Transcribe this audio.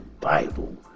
Bible